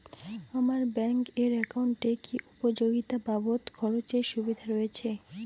আমার ব্যাংক এর একাউন্টে কি উপযোগিতা বাবদ খরচের সুবিধা রয়েছে?